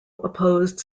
opposed